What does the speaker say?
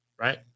right